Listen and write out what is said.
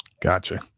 Gotcha